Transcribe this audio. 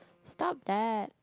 stop that